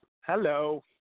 Hello